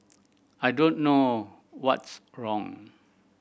I don't know what's wrong